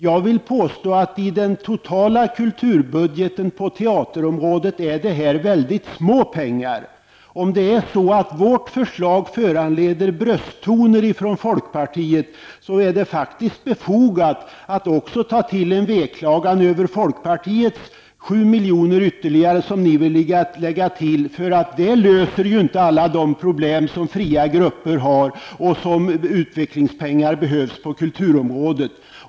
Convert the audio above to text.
Jag vill påstå att i den totala kulturbudgeten på detta område är det här väldigt små pengar. Om nu vårt förslag föranleder brösttoner hos folkpartiet, måste man säga att det faktiskt också är befogat med en veklagan över folkpartiets förslag om ytterligare 7 miljoner, för det löser ju inte alla de problem som de fria grupperna har med tanke på de utvecklingspengar som behövs på kulturområdet.